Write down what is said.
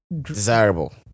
Desirable